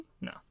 No